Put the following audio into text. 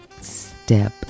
step